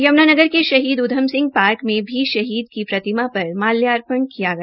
यमुनानगर के शहीद उद्यम सिंह पार्क में भी शहीद की प्रतिमा पर माल्यापर्ण किया गया